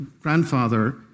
grandfather